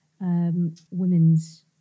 women's